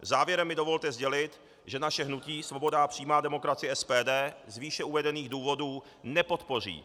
Závěrem mi dovolte sdělit, že naše hnutí Svoboda a přímá demokracie, SPD, z výše uvedených důvodů nepodpoří